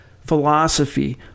philosophy